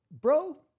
Bro